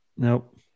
Nope